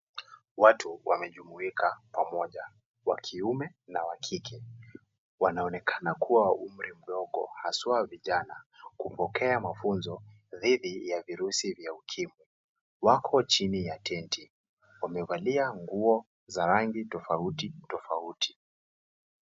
Watu wamejumuika kwa moja wa kiume na wa kike. Wanaonekana kuwa wa umri mdogo haswa vijana, kupokea mafunzo dhidi ya virusi vya Ukimwi. Wako chini ya tenti, wamevalia nguo za rangi tofauti tofauti.